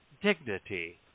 dignity